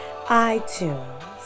iTunes